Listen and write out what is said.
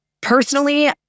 personally